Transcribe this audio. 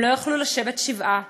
הם לא יכלו לשבת שבעה,